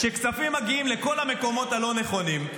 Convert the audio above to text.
שכספים מגיעים לכל המקומות הלא-נכונים?